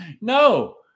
No